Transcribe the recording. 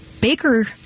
Baker